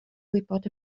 gwybod